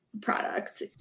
product